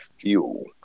fuel